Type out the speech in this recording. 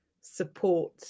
support